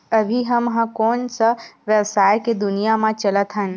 अभी हम ह कोन सा व्यवसाय के दुनिया म चलत हन?